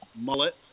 mullet